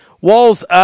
Walls